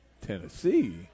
Tennessee